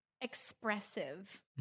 Expressive